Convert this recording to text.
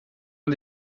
man